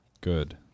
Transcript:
Good